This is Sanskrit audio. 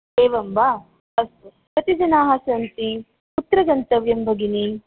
एवं वा अस्तु कति जनाः सन्ति कुत्र गन्तव्यं भगिनी